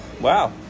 Wow